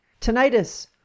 Tinnitus